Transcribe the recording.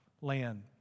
land